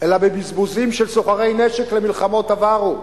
אלא בבזבוזים של סוחרי נשק על מלחמות עברו.